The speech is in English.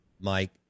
Mike